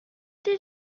did